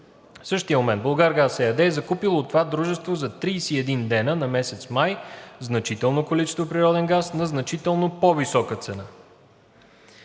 същия момент „Булгаргаз“ ЕАД е закупило от това дружество за 31 дена на месец май значително количество природен газ на значително по-висока цена.